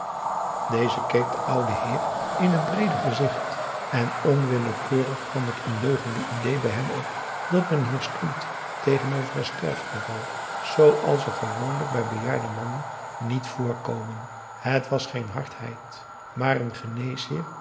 deze keek den ouden heer in het breede gezicht en onwillekeurig kwam het ondeugende idée bij hem op dat men hier stond tegenover een sterfgeval zooals er gewoonlijk bij bejaarde mannen niet voorkomen het was geen hardheid maar n